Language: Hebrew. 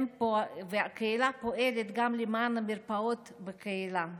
הקהילה פועלת גם למען המרפאות בקהילה.